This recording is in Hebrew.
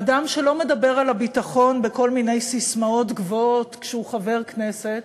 אדם שלא מדבר על הביטחון בכל מיני ססמאות גבוהות כשהוא חבר כנסת,